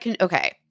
Okay